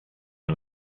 and